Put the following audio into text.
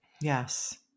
Yes